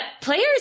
players